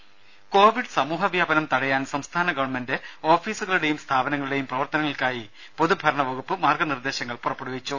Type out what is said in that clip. ദേദ കോവിഡ് സമൂഹ വ്യാപനം തടയാൻ സംസ്ഥാന ഗവൺമെന്റ് ഓഫീസുകളുടെയും സ്ഥാപനങ്ങളുടെയും പ്രവർത്തനങ്ങൾക്കായി പൊതുഭരണ വകുപ്പ് മാർഗനിർദ്ദേശങ്ങൾ പുറപ്പെടുവിച്ചു